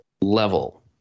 level